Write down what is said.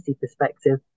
perspective